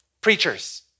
preachers